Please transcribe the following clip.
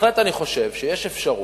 ובהחלט אני חושב שיש אפשרות,